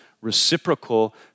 reciprocal